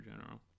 General